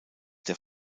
der